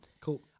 Cool